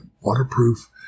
waterproof